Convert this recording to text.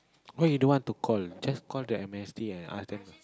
why you don't want to call just call the amnesty and ask them